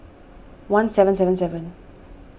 one seven seven seven